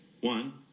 One